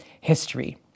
history